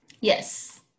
Yes